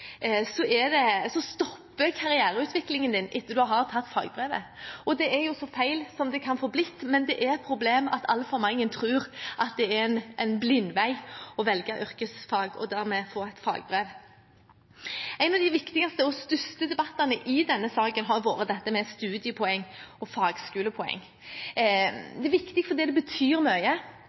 stopper karriereutviklingen etter at en har tatt fagbrevet. Det er så feil som det kan få blitt, men det er et problem at altfor mange tror at det er en blindvei å velge yrkesfag og dermed få et fagbrev. En av de viktigste og største debattene i denne saken har vært dette med studiepoeng og fagskolepoeng. Det er viktig fordi det betyr mye,